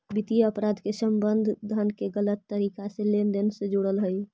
वित्तीय अपराध के संबंध धन के गलत तरीका से लेन देन से जुड़ल हइ